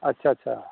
अच्छा अच्छा